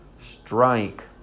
strike